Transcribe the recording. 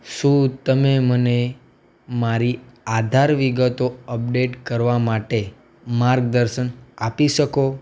શું તમે મને મારી આધાર વિગતો અપડેટ કરવા માટે માર્ગદર્શન આપી શકો